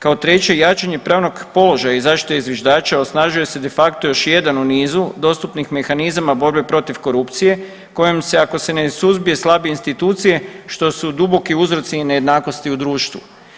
Kao treće jačanje pravnog položaja i zaštite zviždača osnažuje se de facto još jedan u nizu dostupnih mehanizama borbe protiv korupcije kojom se ako se ne suzbije slabije institucije što su duboki uzroci i nejednakosti u društvu.